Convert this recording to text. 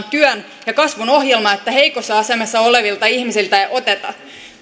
työn ja kasvun ohjelma että heikossa asemassa olevilta ihmisiltä ei oteta